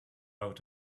out